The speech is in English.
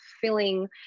filling